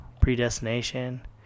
Predestination